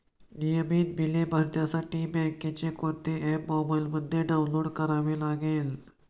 नियमित बिले भरण्यासाठी बँकेचे कोणते ऍप मोबाइलमध्ये डाऊनलोड करावे लागेल?